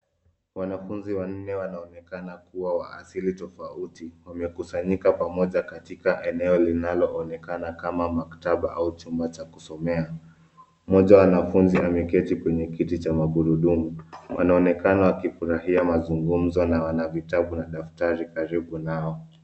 Wanafunzi wanne wanaonekana kuwa wa asili tofauti, wamekusanyika pamoja katika eneo linaloonekana kama maktaba au chumba cha kusomea. Mmoja wa wanafunzi ameketi kwenye kiti cha magurudumu, wanaonekana wakifurahia mazungumzo na wana vitabu na daftari karibu nao.